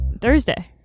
Thursday